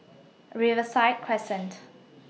Riverside Crescent